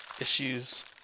issues